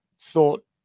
thought